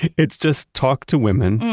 it's just talk to women,